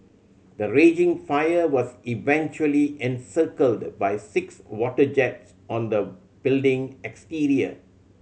the raging fire was eventually encircled by six water jets on the building exterior